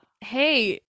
hey